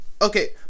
Okay